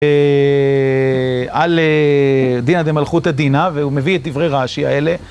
על דינא דמלכותא דינא, והוא מביא את דברי רש"י האלה